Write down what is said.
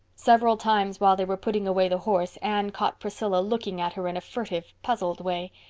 several times while they were putting away the horse anne caught priscilla looking at her in a furtive, puzzled way.